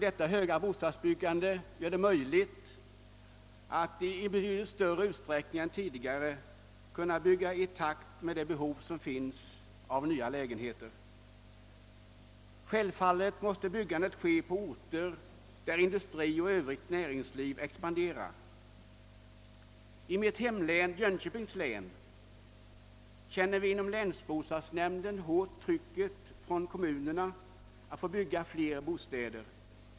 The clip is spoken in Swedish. Detta höga bostadsbyggande gör det möjligt för oss att i betydligt större utsträckning än tidigare bygga i takt med behovet av nya lägenheter. Självfallet måste byggandet ske på orter där industri och övrigt näringsliv expanderar. I mitt hemlän, Jönköpings län, känner vi inom länsbostadsnämnden hårt trycket från kommunerna som vill bygga fler bostäder.